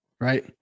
right